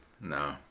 No